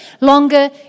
longer